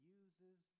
uses